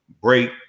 break